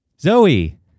Zoe